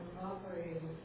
operating